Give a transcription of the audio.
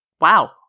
Wow